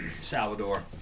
Salvador